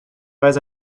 weiß